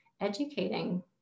educating